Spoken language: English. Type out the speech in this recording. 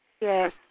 Yes